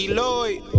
Lloyd